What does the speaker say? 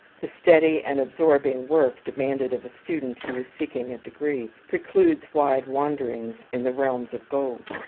the steady and absorbing work demanded of a student who is seeking a degree, precludes wide wanderings in the realms of gold.